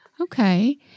okay